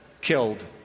killed